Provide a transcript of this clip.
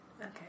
Okay